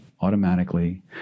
automatically